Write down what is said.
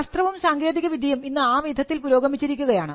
ശാസ്ത്രവും സാങ്കേതികവിദ്യയും ഇന്ന് ആ വിധത്തിൽ പുരോഗമിച്ചിരിക്കുകയാണ്